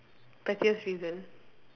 pettiest reason